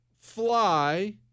fly